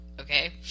okay